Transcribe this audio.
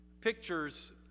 Pictures